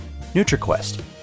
NutriQuest